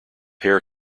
hair